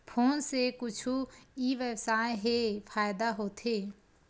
Phone से कुछु ई व्यवसाय हे फ़ायदा होथे?